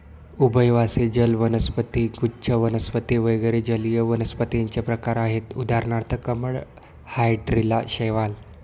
उभयवासी जल वनस्पती, गुच्छ वनस्पती वगैरे जलीय वनस्पतींचे प्रकार आहेत उदाहरणार्थ कमळ, हायड्रीला, शैवाल